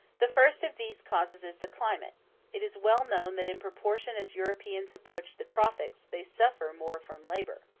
the first of these causes is the climate it is well known that in proportion as europeans approach the tropics they suffer more from labor.